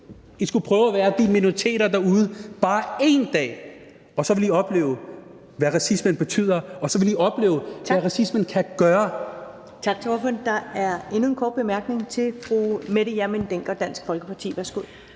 I skulle prøve at være de minoriteter derude bare én dag! For så vil I opleve, hvad racismen betyder, og så vil I opleve, hvad racismen kan gøre.